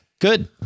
Good